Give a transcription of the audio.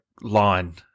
line